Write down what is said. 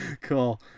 Cool